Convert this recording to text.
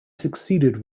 succeeded